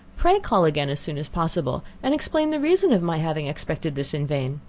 pray call again as soon as possible, and explain the reason of my having expected this in vain.